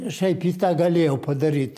šiaip ji tą galėjo padaryt